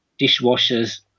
dishwashers